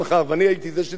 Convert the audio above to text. ואני הייתי זה שדיברתי,